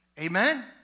Amen